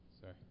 Sorry